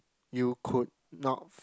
you could not